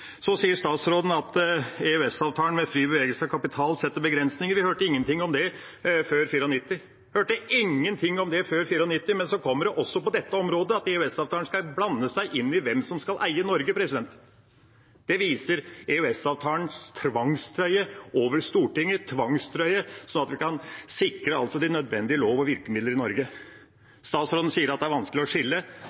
Så sier statsråden at EØS-avtalen med fri bevegelse av kapital setter begrensninger. Vi hørte ingenting om det før 1994. Men så kommer det også på dette området at EØS-avtalen skal blande seg inn i hvem som skal eie Norge. Det viser at EØS-avtalen er en tvangstrøye for Stortinget, en tvangstrøye mot at vi kan sikre de nødvendige lover og virkemidler i Norge. Statsråden sier det er vanskelig å skille.